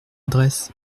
adresse